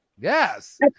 yes